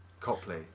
Copley